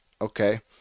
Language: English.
Okay